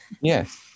Yes